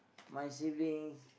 my siblings